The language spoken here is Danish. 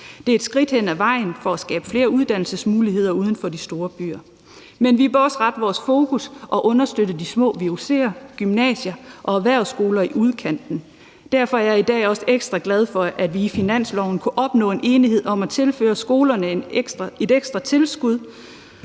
Det er et skridt på vejen for at skabe flere uddannelsesmuligheder uden for de store byer. Men vi bør også rette vores fokus på at understøtte de små vuc'er, gymnasier og erhvervsskoler i udkanten. Derfor er jeg i dag også ekstra glad for, at vi i forbindelse med finansloven har kunnet opnå en enighed om at tilføre skolerne et ekstra tilskud,